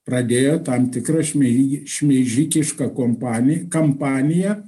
pradėjo tam tikrą šmei šmeižikišką kompani kampaniją